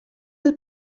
del